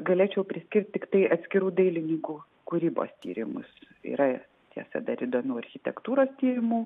galėčiau priskirt tiktai atskirų dailininkų kūrybos tyrimus yra tiesa dar įdomių architektūros tyrimų